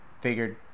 Figured